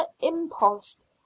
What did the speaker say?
impost